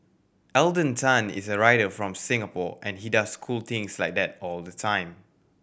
Alden Tan is a writer from Singapore and he does cool things like that all the time